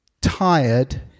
tired